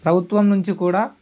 ప్రభుత్వం నుంచి కూడా